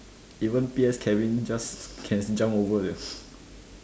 even P_S Kevin just can jump over sia